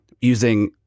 Using